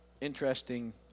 Interesting